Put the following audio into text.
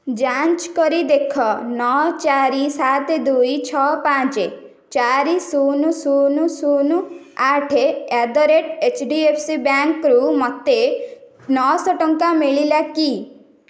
ଯାଞ୍ଚ କରି ଦେଖ ନଅ ଚାରି ସାତ ଦୁଇ ଛଅ ପାଞ୍ଚ ଚାରି ଶୂନ ଶୂନ ଶୂନ ଆଠେ ଆଟ ଦ ରେଟ୍ ଏଚ୍ଡ଼ିଏଫ୍ସିରୁ ମୋତେ ନଅଶହ ଟଙ୍କା ମିଳିଲା କି